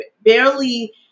barely